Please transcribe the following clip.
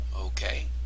okay